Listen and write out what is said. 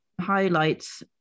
highlights